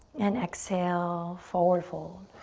and exhale, forward fold.